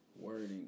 wording